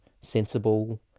sensible